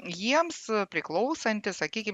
jiems priklausantį sakykim